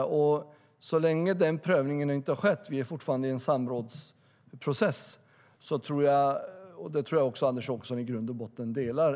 Så länge den prövningen inte har skett - vi är fortfarande i en samrådsprocess - vore det fel av riksdag och regering att gå in och ingripa i enskilda fall.